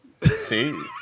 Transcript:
See